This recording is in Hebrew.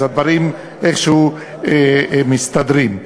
אז הדברים איכשהו מסתדרים.